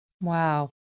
Wow